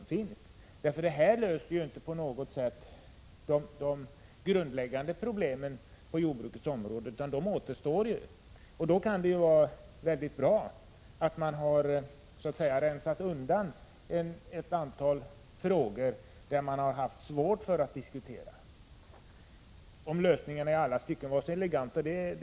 Överenskommelsen löser dock inte på något sätt de grundläggande problemen på jordbrukets område, utan dessa kvarstår. Då kan det vara bra att man har rensat undan ett antal frågor där man har haft svårt att diskutera. Det återstår att se om lösningarna i alla stycken är så eleganta.